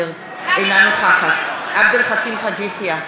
אינה נוכחת עבד אל חכים חאג' יחיא,